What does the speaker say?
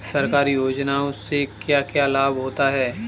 सरकारी योजनाओं से क्या क्या लाभ होता है?